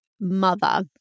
mother